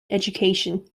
education